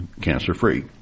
cancer-free